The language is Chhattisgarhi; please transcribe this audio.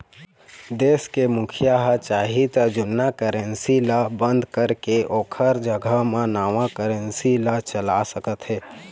देश के मुखिया ह चाही त जुन्ना करेंसी ल बंद करके ओखर जघा म नवा करेंसी ला चला सकत हे